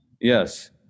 Yes